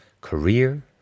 career